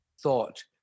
thought